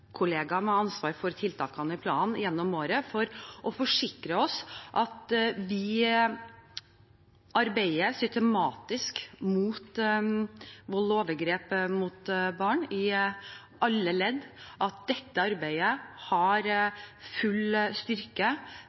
ansvar for tiltakene i planen gjennom året for å forsikre oss om at vi arbeider systematisk mot vold og overgrep mot barn i alle ledd, at dette arbeidet har full styrke